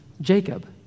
Jacob